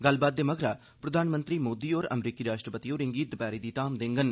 गल्लबात दे मगरा प्रधानमंत्री मोदी होर अमरीकी राश्ट्रति होरें गी दपैह्री दी धाम देंगन